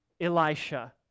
Elisha